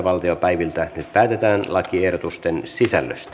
nyt päätetään lakiehdotusten sisällöstä